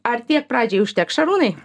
ar tiek pradžiai užteks šarūnai